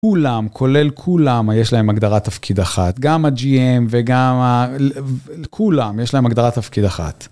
כולם, כולל כולם יש להם הגדרת תפקיד אחת, גם ה-GM וגם, כולם יש להם הגדרת תפקיד אחת.